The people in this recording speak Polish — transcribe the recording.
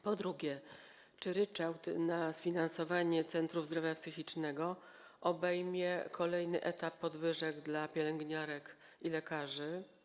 Po drugie, czy ryczałt na sfinansowanie centrów zdrowia psychicznego obejmie kolejny etap podwyżek dla pielęgniarek i lekarzy?